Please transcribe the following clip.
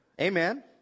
Amen